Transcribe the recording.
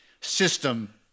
system